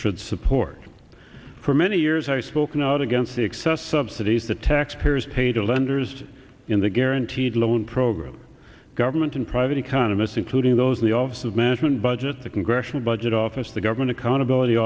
should support for many years i have spoken out against the excess subsidies the taxpayers paid to lenders in the guaranteed loan program government and private economists including those in the office of management budget the congressional budget office the government accountability